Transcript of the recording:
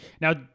Now